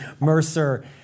Mercer